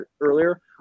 earlier